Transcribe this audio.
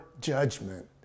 judgment